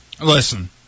Listen